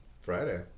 Friday